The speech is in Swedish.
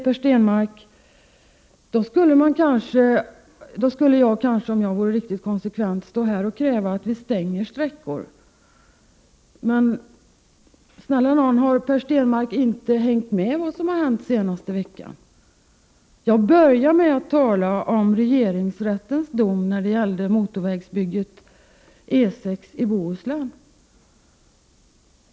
Per Stenmarck säger att jag, om jag vore riktigt konsekvent, skulle kräva att vi skall stänga vägsträckor. Men, snälla nån, har Per Stenmarck inte hängt med i vad som har hänt under den senaste veckan? Jag började med att tala om regeringsrättens dom när det gäller motorvägsbygget på E 6 i Bohuslän.